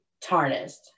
tarnished